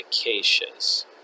acacias